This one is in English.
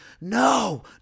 No